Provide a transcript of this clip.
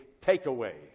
takeaway